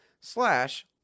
slash